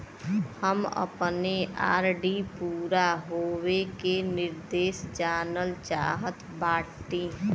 हम अपने आर.डी पूरा होवे के निर्देश जानल चाहत बाटी